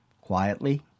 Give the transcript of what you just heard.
quietly